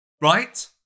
right